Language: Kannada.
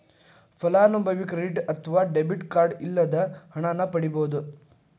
ಫಲಾನುಭವಿ ಕ್ರೆಡಿಟ್ ಅತ್ವ ಡೆಬಿಟ್ ಕಾರ್ಡ್ ಇಲ್ಲದ ಹಣನ ಪಡಿಬೋದ್